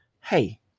hey